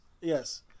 yes